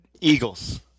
Eagles